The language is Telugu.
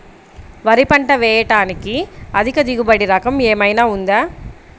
వరి పంట వేయటానికి అధిక దిగుబడి రకం ఏమయినా ఉందా?